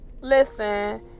listen